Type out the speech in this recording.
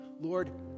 Lord